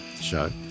show